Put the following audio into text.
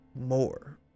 More